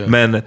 Men